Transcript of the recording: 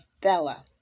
Bella